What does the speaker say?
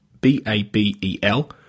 B-A-B-E-L